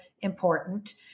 important